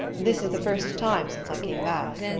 this is the first time since i came back.